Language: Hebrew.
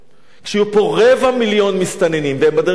כשיהיו פה רבע מיליון מסתננים, והם בדרך לפה?